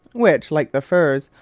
which, like the furs,